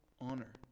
honor